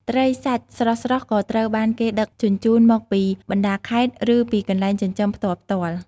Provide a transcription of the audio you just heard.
ត្រីសាច់ស្រស់ៗក៏ត្រូវបានគេដឹកជញ្ជូនមកពីបណ្តាខេត្តឬពីកន្លែងចិញ្ចឹមផ្ទាល់ៗ។